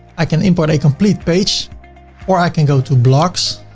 i can import a complete page or i can go to blogs,